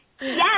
Yes